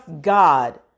God